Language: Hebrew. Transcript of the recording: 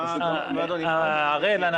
אם